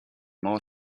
more